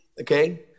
okay